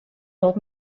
old